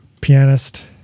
pianist